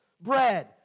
bread